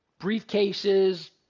briefcases